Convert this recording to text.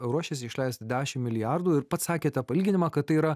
ruošiasi išleisti dešim milijardų ir pats sakėte palyginimą kad tai yra